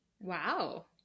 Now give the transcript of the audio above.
Wow